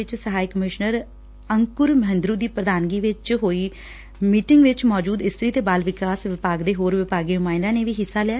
ਸੰਗਰੂਰ ਵਿੱਚ ਸਹਾਇਕ ਕਮਿਸ਼ਨਰ ਅੰਕੁਰ ਮਹਿੰਦਰੂ ਦੀ ਪ੍ਰਧਾਨਗੀ ਵਿੱਚ ਹੋਈ ਇਸ ਮੀਟਿੰਗ ਵਿੱਚ ਮੌਜੁਦ ਇਸਤਰੀ ਤੇ ਬਾਲ ਵਿਕਾਸ ਵਿਭਾਗ ਤੇ ਹੋਰ ਵਿਭਾਗੀ ਨੁਮਾਇੰਦਿਆਂ ਨੇ ਹਿੱਸਾ ਲਿਆ